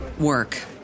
work